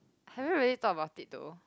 haven't really thought about it though